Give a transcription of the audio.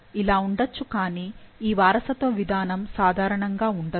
ఇలా ఉండొచ్చు కానీ ఈ వారసత్వ విధానం సాధారణం గా ఉండదు